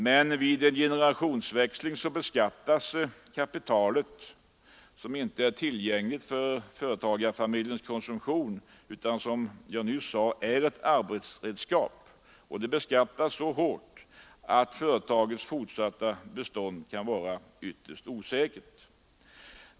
Men vid en generationsväxling beskattas kapitalet — som inte är tillgängligt för företagarfamiljens konsumtion utan som, vilket jag nyss sade, är ett arbetsredskap — så hårt att företagets fortsatta bestånd kan vara ytterst osäkert.